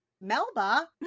Melba